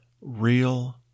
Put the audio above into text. real